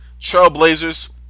Trailblazers